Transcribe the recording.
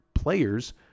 Players